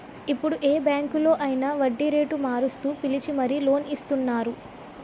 ఇప్పుడు ఏ బాంకులో అయినా వడ్డీరేటు మారుస్తూ పిలిచి మరీ లోన్ ఇస్తున్నారు